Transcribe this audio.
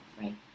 right